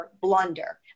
blunder